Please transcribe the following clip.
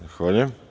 Zahvaljujem.